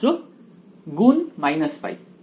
ছাত্র গুণ π